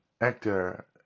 actor